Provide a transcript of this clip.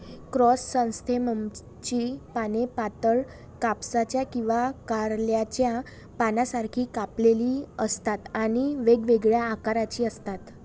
क्रायसॅन्थेममची पाने पातळ, कापसाच्या किंवा कारल्याच्या पानांसारखी कापलेली असतात आणि वेगवेगळ्या आकाराची असतात